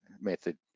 method